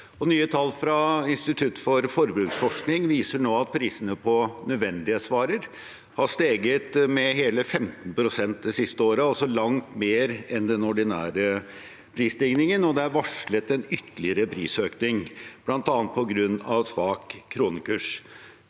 Nye tall fra Institutt for forbruksforskning viser nå at prisene på nødvendighetsvarer har steget med hele 15 pst. det siste året, altså langt mer enn den ordinære prisstigningen, og det er varslet en ytterligere prisøkning bl.a. på grunn av svak kronekurs.